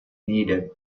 needed